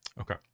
okay